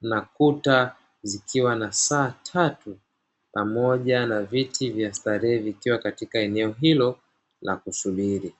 na kuta zikiwa na saa tatu na moja na viti vya starehe vikiwa katika eneo hilo la kusubiri.